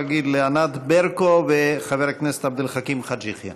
לחברי הכנסת ענת ברקו ועבד אל חכים חאג' יחיא.